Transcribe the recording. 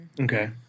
Okay